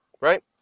right